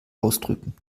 ausdrücken